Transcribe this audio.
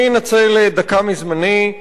אני אנצל דקה מזמני.